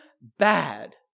bad